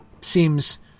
seems